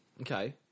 Okay